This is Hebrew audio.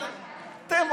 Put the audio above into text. מה לעשות, אין לנו.